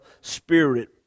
Spirit